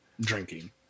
Drinking